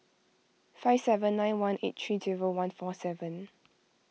five seven nine one eight three zero one four seven